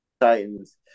Titans